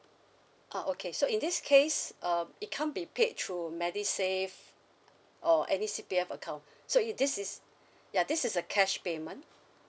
ah okay so in this case um it can't be paid through medisave or any C_P_F account so it this is ya this is a cash payment